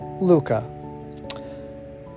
Luca